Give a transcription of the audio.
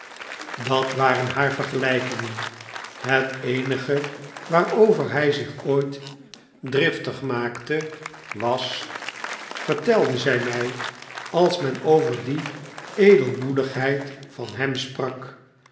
dat waren haar vergelijkingen het eenige waarover hij zich ooit driftig maakte was vertelde zij mij als men over die edelmoedigheid van hem sprak